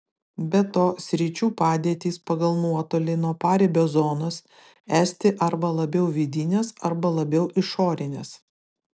be to sričių padėtys pagal nuotolį nuo paribio zonos esti arba labiau vidinės arba labiau išorinės